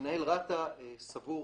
מנהל רת"א סבור,